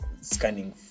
scanning